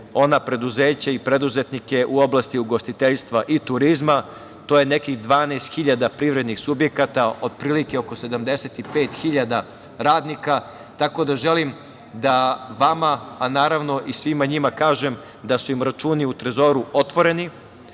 ona preduzeća i preduzetnike u oblasti ugostiteljstva i turizma, to je nekih 12 hiljada privrednih subjekata, otprilike oko 75 hiljada radnika, tako da želim da vama, a naravno i svima njima, kažem da su im računi u Trezoru otvoreni,